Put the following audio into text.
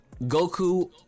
Goku